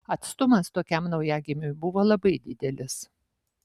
atstumas tokiam naujagimiui buvo labai didelis